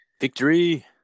victory